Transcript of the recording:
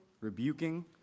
rebuking